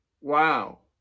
Wow